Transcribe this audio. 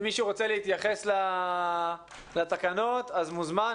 מי שרוצה להתייחס לתקנות, מוזמן.